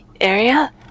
area